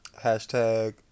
Hashtag